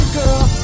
girl